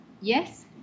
yes